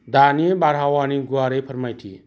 दानि बारहावानि गुवारै फोरमायथि